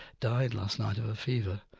died last night of a fever,